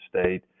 State